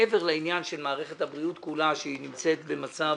מעבר לעניין של מערכת הבריאות כולה שנמצאת במצב